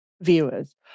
viewers